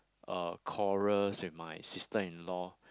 uh quarrels with my sister in law